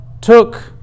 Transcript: took